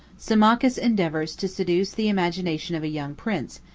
symmachus endeavors to seduce the imagination of a young prince,